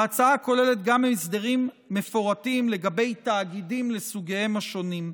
ההצעה כוללת גם הסדרים מפורטים לגבי תאגידים לסוגיהם השונים.